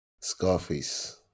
Scarface